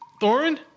Thorin